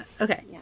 Okay